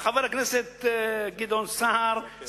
חבר הכנסת גדעון סער,